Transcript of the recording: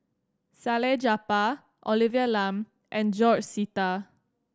Salleh Japar Olivia Lum and George Sita